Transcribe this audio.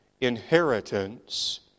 inheritance